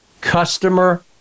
Customer